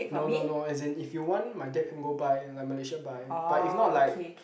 no no no as in if you want my dad can go buy like Malaysia buy but if not like